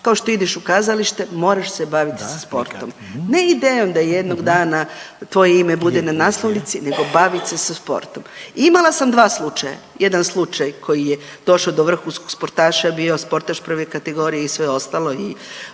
kao što ideš u kazalište moraš se baviti sa sportom. Ne idejom da jednog dana tvoje ime bude na naslovnici, nego baviti se sa sportom. Imala sam dva slučaja, jedan slučaj koji je došao do vrhunskog sportaša, bio sportaš prve kategorije i sve ostalo